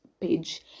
page